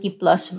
plus